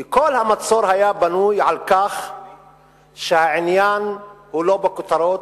כי כל המצור היה בנוי על כך שהעניין הוא לא בכותרות,